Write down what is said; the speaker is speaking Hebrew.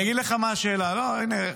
אני אגיד לך מה השאלה, לא, הינה,